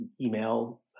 email